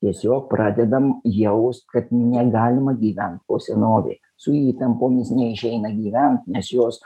tiesiog pradedam jaust kad negalima gyvent po senovėj su įtampomis neišeina gyvent nes jos